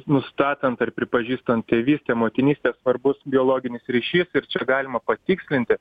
nustatant ar pripažįstant tėvystę motinystę svarbus biologinis ryšys ir čia galima patikslinti